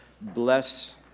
bless